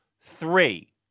three